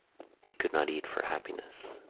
he could not eat for happiness.